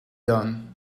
done